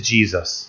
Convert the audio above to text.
Jesus